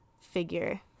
figure